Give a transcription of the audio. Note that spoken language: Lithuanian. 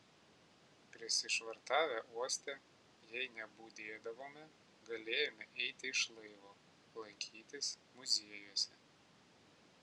prisišvartavę uoste jei nebudėdavome galėjome eiti iš laivo lankytis muziejuose